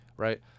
Right